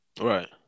Right